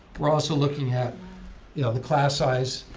we're also looking at you know the class size,